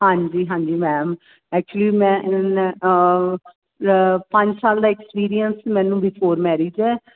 ਹਾਂਜੀ ਹਾਂਜੀ ma'am actually ਮੈਂ ਪੰਜ ਸਾਲ ਦਾ ਐਕਸਪੀਰੀਅੰਸ ਮੈਨੂੰ ਬਿਫੋਰ ਮੈਰਿਜ ਹੈ